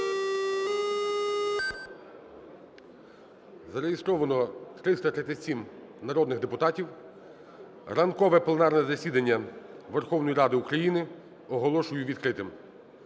Зареєстровано 337 народних депутатів. Ранкове пленарне засідання Верховної Ради України оголошую відкритим.